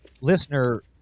listener